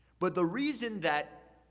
but the reason that